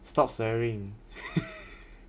stop swearing